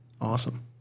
Awesome